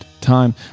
Time